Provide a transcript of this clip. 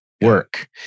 work